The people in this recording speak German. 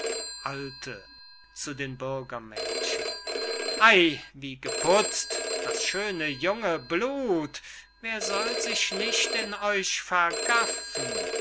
alte zu den bürgermädchen ey wie geputzt das schöne junge blut wer soll sich nicht in euch vergaffen